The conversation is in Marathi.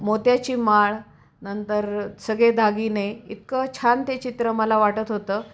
मोत्याची माळ नंतर सगळे दागिने इतकं छान ते चित्र मला वाटत होतं